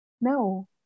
no